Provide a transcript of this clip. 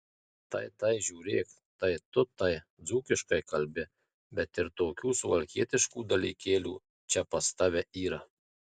tai tai žiūrėk tai tu tai dzūkiškai kalbi bet ir tokių suvalkietiškų dalykėlių čia pas tave yra